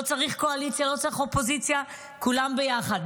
לא צריך קואליציה, לא צריך אופוזיציה, כולם ביחד.